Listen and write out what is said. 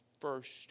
first